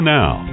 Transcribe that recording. Now